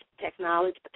technology